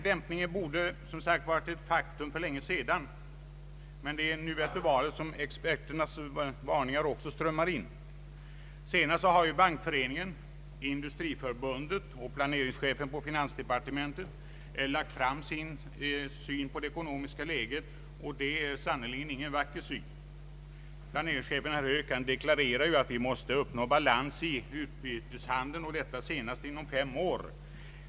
Dämpningen borde som sagt ha varit ett faktum för länge sedan. Men det är nu efter valet som också experternas varningar strömmar in. Senast har Bankföreningen, Industriförbundet och planeringschefen i finansdepartementet lagt fram sin syn på det ekonomiska läget — och det blir sannerligen ingen Ang. den ekonomiska politiken vacker bild. Planeringschefen Höök deklarerar att vi måste uppnå balans i byteshandeln senast om fem år.